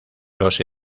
los